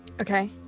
Okay